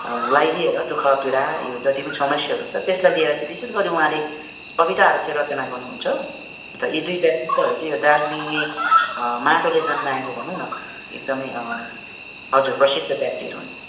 लाई लिएर दुःख पीडा यो जति पनि समस्याहरू छ त्यसलाई लिएर चाहिँ विशेष गरेर उहाँले कविताहरू चाहिँ रचना गर्नु हुन्छ अन्त यी दुई व्यक्तित्वहरू चाहिँ यो दार्जिलिङे माटोले जन्माएको भनौँ न एकदमै हजुर प्रसिद्ध व्यक्तिहरू हुन्